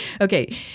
Okay